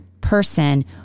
person